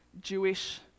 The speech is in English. Jewish